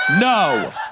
no